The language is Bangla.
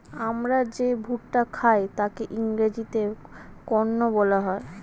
আমরা যে ভুট্টা খাই তাকে ইংরেজিতে কর্ন বলা হয়